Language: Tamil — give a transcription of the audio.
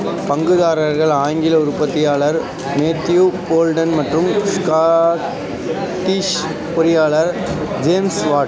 பங்குதாரர்கள் ஆங்கில உற்பத்தியாளர் மேத்யூ போல்டன் மற்றும் ஸ்காட்டிஷ் பொறியாளர் ஜேம்ஸ் வாட்